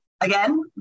again